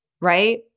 right